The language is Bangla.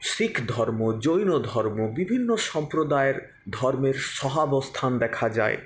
শিখ ধর্ম জৈন ধর্ম বিভিন্ন সম্প্রদায়ের ধর্মের সহাবস্থান দেখা যায়